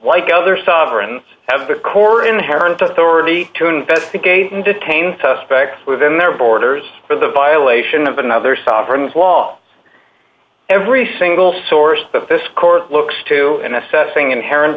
like other sovereign have the core inherent authority to investigate and detain suspects within their borders for the violation of another sovereign law every single source but this court looks to in assessing inherent